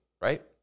right